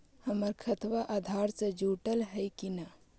हमर खतबा अधार से जुटल हई कि न?